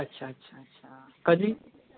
अच्छा अच्छा अच्छा कधी